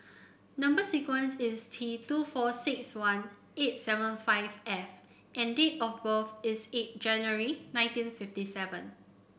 number sequence is T two four six one eight seven five F and date of birth is eight January nineteen fifty seven